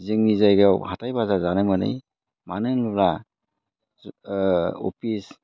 जोंनि जायगायाव हाथाय बाजार जानो मोनै मानो होनोब्ला अफिस